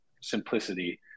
simplicity